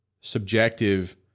subjective